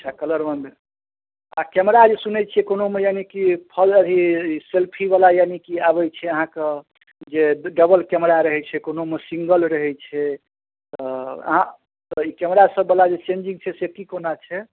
अच्छा कलर बन्द आ कैमरा जे सुनैत छियै कोनोमे यानि कि फलऽ ई सेल्फी बला यानि की आबैत छै अहाँकऽ जे ड डबल कैमरा रहैत छै कोनोमे सिगनल रहैत छै तऽ अहाँ एहि कैमरा सभ बला जे चेन्जिंग छै से कि कोना छै